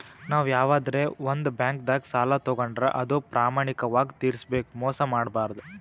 ನಾವ್ ಯವಾದ್ರೆ ಒಂದ್ ಬ್ಯಾಂಕ್ದಾಗ್ ಸಾಲ ತಗೋಂಡ್ರ್ ಅದು ಪ್ರಾಮಾಣಿಕವಾಗ್ ತಿರ್ಸ್ಬೇಕ್ ಮೋಸ್ ಮಾಡ್ಬಾರ್ದು